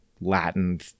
Latin